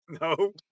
No